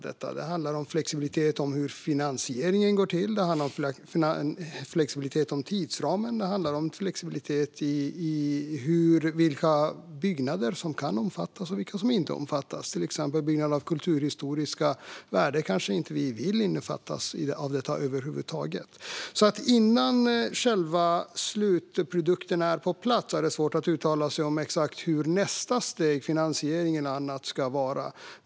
Det handlar om flexibilitet i hur finansieringen går till, och det handlar om flexibilitet i tidsramen och slutligen handlar det om flexibilitet i vilka byggnader som kan omfattas eller inte omfattas. Till exempel byggnader av kulturhistoriska värden kanske vi inte vill ska innefattas i detta över huvud taget. Innan själva slutprodukten är på plats är det svårt att uttala sig exakt om hur nästa steg i finansieringen ska vara.